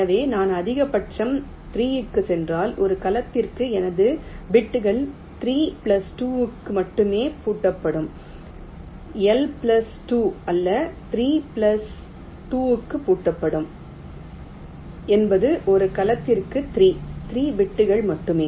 எனவே நான் அதிகபட்சம் 3 க்குச் சென்றால் ஒரு கலத்திற்கு எனது பிட்கள் 3 பிளஸ் 2 க்கு மட்டுமே பூட்டப்படும் எல் பிளஸ் 2 அல்ல 3 பிளஸ் 2 க்கு பூட்டப்படும் என்பது ஒரு கலத்திற்கு 3 3 பிட்கள் மட்டுமே